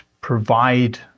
provide